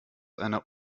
einer